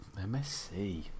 MSc